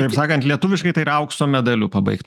kaip sakant lietuviškai tai ir aukso medaliu pabaigt